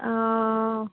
অঁ